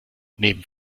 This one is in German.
neben